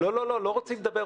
לא, לא רוצים לדבר.